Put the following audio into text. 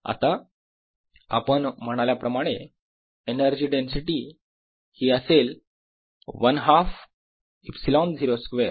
आता आपण म्हणाल्याप्रमाणे एनर्जी डेन्सिटी ही असेल 1 हाफ ε0 स्क्वेअर